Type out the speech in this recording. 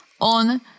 on